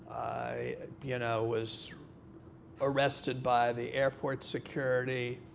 i you know was arrested by the airport security,